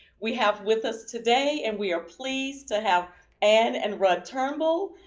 we have with us today and we are pleased to have ann and rud turnbull,